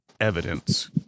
evidence